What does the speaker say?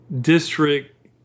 district